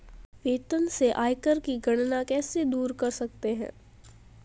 वेतन से आयकर की गणना कैसे दूर कर सकते है?